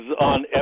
on